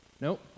nope